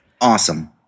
Awesome